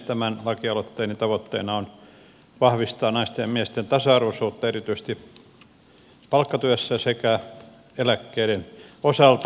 tämän lakialoitteeni tavoitteena on vahvistaa naisten ja miesten tasa arvoisuutta erityisesti palkkatyössä sekä eläkkeiden osalta